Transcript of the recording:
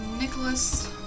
Nicholas